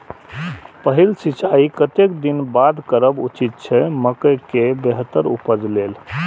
पहिल सिंचाई कतेक दिन बाद करब उचित छे मके के बेहतर उपज लेल?